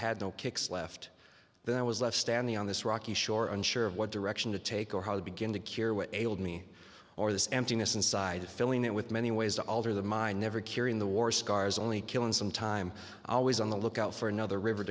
had no kicks left then i was left standing on this rocky shore unsure of what direction to take or how to begin to cure what ails me or this emptiness inside filling it with many ways to alter the mind never curing the war scars only killing some time always on the lookout for another river